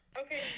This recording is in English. Okay